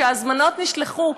שהזמנות נשלחו,